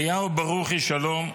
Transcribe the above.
אליהו ברוכי, שלום.